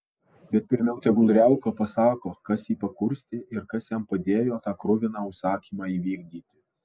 bet pirmiau tegul riauka pasako kas jį pakurstė ir kas jam padėjo tą kruviną užsakymą įvykdyti